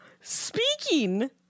Speaking